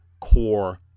core